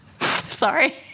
Sorry